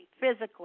physically